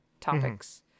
topics